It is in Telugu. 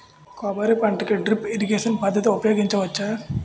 కొబ్బరి పంట కి డ్రిప్ ఇరిగేషన్ పద్ధతి ఉపయగించవచ్చా?